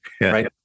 right